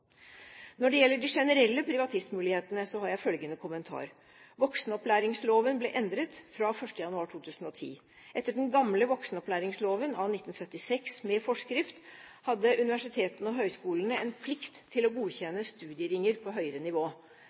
Når det gjelder de generelle privatistmulighetene, har jeg følgende kommentar: Voksenopplæringsloven ble endret fra 1. januar 2010. Etter den gamle voksenopplæringsloven av 1976 med forskrift hadde universitetene og høyskolene en plikt til å godkjenne studieringer på høyere nivå.